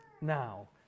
now